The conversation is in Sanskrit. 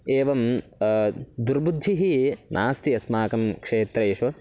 एवं दुर्बुद्धिः नास्ति अस्माकं क्षेत्रेषु